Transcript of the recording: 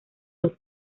los